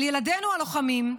על ילדינו הלוחמים,